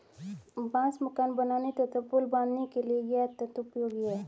बांस मकान बनाने तथा पुल बाँधने के लिए यह अत्यंत उपयोगी है